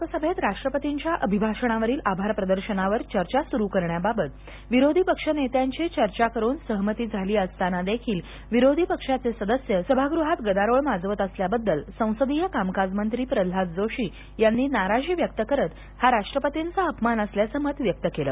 लोकसभेत राष्ट्रपतींच्या अभिभाषणावरील आभारप्रदर्शनावर चर्चा सुरु करण्याबाबत विरोधी पक्ष नेत्यांशी चर्चा करून सहमती झाली असताना देखील विरोधी पक्षाचे सदस्य सभागृहात गदारोळ माजवत असल्याबद्दल संसदीय कामकाज मंत्री प्रल्हाद जोशी यांनी नाराजी व्यक्त करत हा राष्ट्रपतींचा अपमान असल्याचं मत व्यक्त केलं